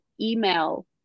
email